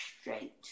straight